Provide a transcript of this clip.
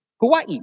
Hawaii